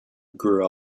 grew